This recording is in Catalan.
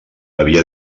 havia